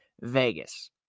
Vegas